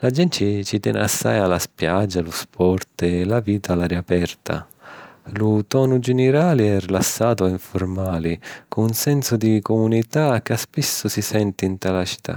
la genti ci teni assai a la spiaggia, lu sport e la vita a l’aria aperta. Lu tonu ginirali è rilassatu e informali, cu un sensu di cumunità ca spissu si senti nta li cità.